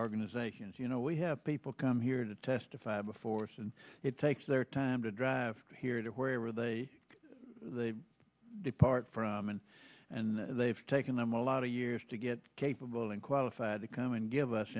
organizations you know we have people come here to testify before so and it takes their time to drive here to where they depart from and they've taken them a lot of years to get capable and qualified to come and give us